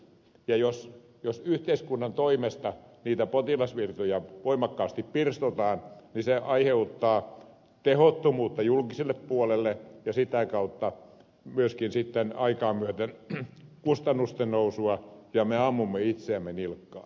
ja jos yhteiskunnan toimesta niitä potilasvirtoja voimakkaasti pirstotaan niin se aiheuttaa tehottomuutta julkiselle puolelle ja sitä kautta myöskin sitten aikaa myöten kustannustennousua ja me ammumme itseämme nilkkaan